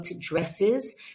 dresses